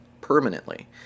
permanently